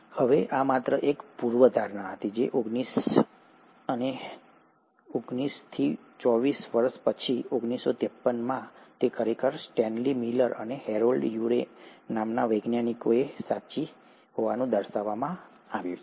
હવે આ માત્ર એક પૂર્વધારણા હતી જે ઓગણીસ ઓગણવીસ અને ચોવીસ વર્ષ પછી 1953 માં તે ખરેખર સ્ટેનલી મિલર અને હેરોલ્ડ યુરે દ્વારા સાચી હોવાનું દર્શાવવામાં આવ્યું હતું